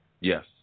Yes